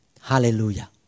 Hallelujah